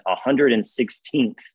116th